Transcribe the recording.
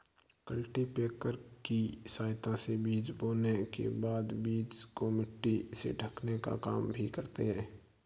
cultipacker की सहायता से बीज बोने के बाद बीज को मिट्टी से ढकने का काम भी करते है